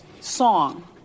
song